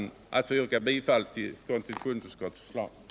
Med detta yrkar jag bifall till konstitutionsutskottets förslag.